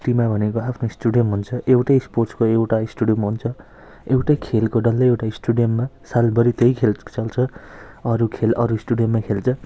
सिटीमा भनेको आफ्नो स्टेडियम हुन्छ एउटै स्पोट्सको एउटा स्टेडियम हुन्छ एउटै खेलको डल्लै एउटा स्टेडियममा सालभरि त्यही खेल चल्छ अरू खेल अरू स्टेडियममा चल्छ